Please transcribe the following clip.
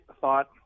thought